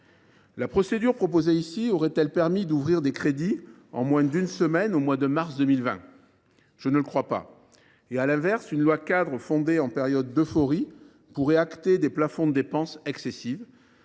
La procédure proposée ici aurait elle permis d’ouvrir des crédits en moins d’une semaine au mois de mars 2020 ? Je ne le pense pas. À l’inverse, une loi cadre votée en période d’euphorie pourrait acter des plafonds de dépenses excessifs.